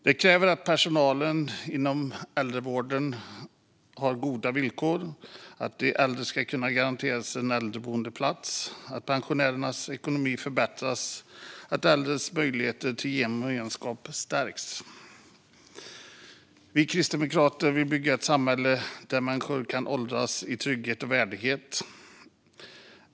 Det kräver att personalen inom äldrevården har goda villkor, att de äldre ska kunna garanteras en äldreboendeplats, att pensionärernas ekonomi förbättras och att de äldres möjligheter till gemenskap stärks. Vi kristdemokrater vill bygga ett samhälle där människor kan åldras i trygghet och med värdighet.